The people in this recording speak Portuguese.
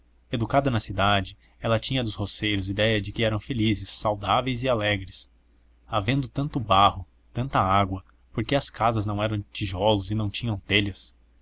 educada na cidade ela tinha dos roceiros idéia de que eram felizes saudáveis e alegres havendo tanto barro tanta água por que as casas não eram de tijolos e não tinham telhas